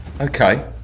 Okay